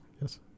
Yes